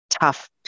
tough